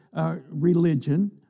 religion